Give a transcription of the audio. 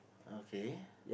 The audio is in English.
okay